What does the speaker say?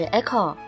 Echo